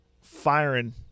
firing